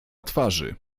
twarzy